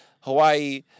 Hawaii